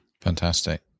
Fantastic